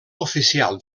oficial